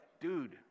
dude